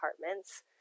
apartments